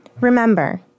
Remember